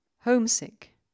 Homesick